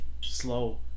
slow